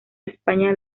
españa